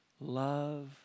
love